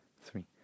three